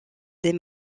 des